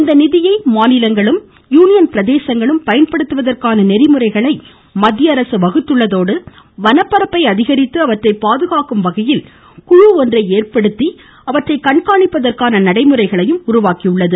இந்த நிதியை மாநிலங்களும் யூனியன் பிரதேசங்களும் பயன்படுத்துவதற்கான நெறிமுறைகளை மத்தியஅரசு வகுத்துள்ளதோடு வனப்பரப்பை அதிகரித்து அவற்றை பாதுகாக்கும் வகையில் குழு கண்காணிப்பதற்கான நடைமுறைகளையும் உருவாக்கியுள்ளது